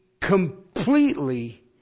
completely